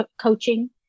coaching